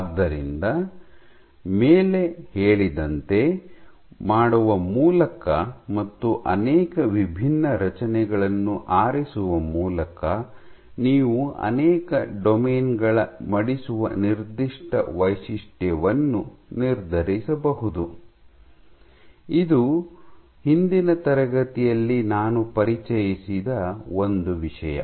ಆದ್ದರಿಂದ ಮೇಲೆ ಹೇಳಿದಂತೆ ಮಾಡುವ ಮೂಲಕ ಮತ್ತು ಅನೇಕ ವಿಭಿನ್ನ ರಚನೆಗಳನ್ನು ಆರಿಸುವ ಮೂಲಕ ನೀವು ಅನೇಕ ಡೊಮೇನ್ ಗಳ ಮಡಿಸುವ ನಿರ್ದಿಷ್ಟ ವೈಶಿಷ್ಟ್ಯವನ್ನು ನಿರ್ಧರಿಸಬಹುದು ಇದು ಹಿಂದಿನ ತರಗತಿಯಲ್ಲಿ ನಾನು ಪರಿಚಯಿಸಿದ ಒಂದು ವಿಷಯ